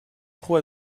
pro